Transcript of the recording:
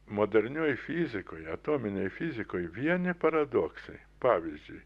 modernioj fizikoj atominėj fizikoj vieni paradoksai pavyzdžiui